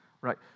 Right